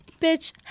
bitch